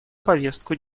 повестку